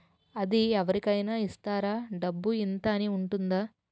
అది అవరి కేనా ఇస్తారా? డబ్బు ఇంత అని ఉంటుందా?